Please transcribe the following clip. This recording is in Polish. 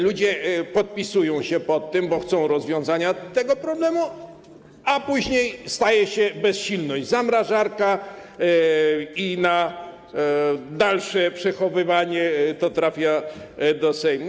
Ludzie podpisują się pod tym, bo chcą rozwiązania tego problemu, a później zostaje bezsilność: zamrażarka i na dalsze przechowywanie trafia to do Sejmu.